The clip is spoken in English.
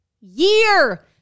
year